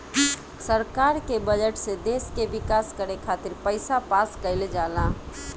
सरकार के बजट से देश के विकास करे खातिर पईसा पास कईल जाला